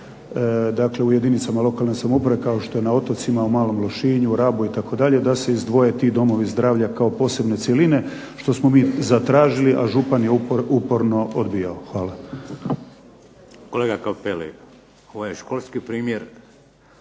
dakle u jedinicama lokalne samouprave kao što je na otocima u Malom Lošinju, Rabu itd. da se izdvoje ti domovi zdravlja kao posebne cjeline što smo mi zatražili, a župan je uporno odbijao. Hvala. **Šeks, Vladimir (HDZ)** Kolega Cappelli, ovo je školski primjer